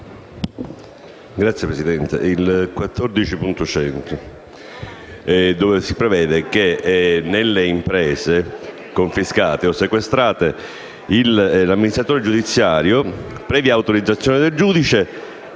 14.100 si prevede che nelle imprese confiscate o sequestrate l'amministratore giudiziario, previa autorizzazione del giudice,